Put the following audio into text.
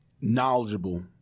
Knowledgeable